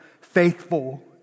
faithful